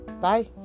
Bye